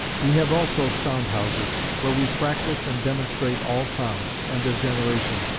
we have also sound-houses, where we practise and demonstrate all sounds, and their generation.